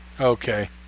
Okay